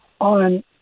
on